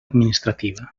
administrativa